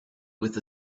with